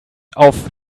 auf